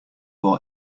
our